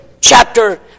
chapter